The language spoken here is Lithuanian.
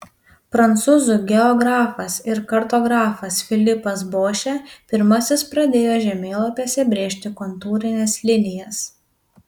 prancūzų geografas ir kartografas filipas bošė pirmasis pradėjo žemėlapiuose brėžti kontūrines linijas